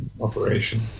operation